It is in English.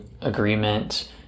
agreement